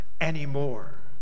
anymore